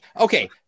Okay